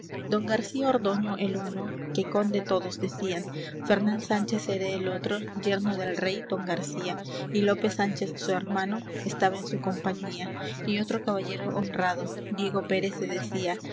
don garcía ordoño el uno que conde todos decían fernán sánchez era el otro yerno del rey don garcía y lope sánchez su hermano estaba en su compañía y otro caballero honrado diego pérez se decía